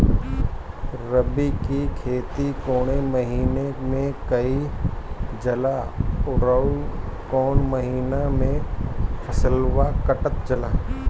रबी की खेती कौने महिने में कइल जाला अउर कौन् महीना में फसलवा कटल जाला?